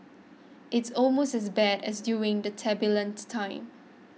it's almost as bad as during the time